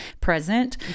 present